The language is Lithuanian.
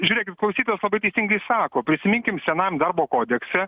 žiūrėkit klausytojas labai teisingai sako prisiminkim senam darbo kodekse